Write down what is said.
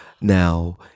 now